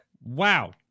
Wow